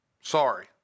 Sorry